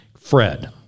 Fred